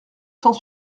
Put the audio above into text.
cent